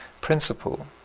principle